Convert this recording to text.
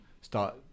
start